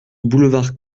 boulevard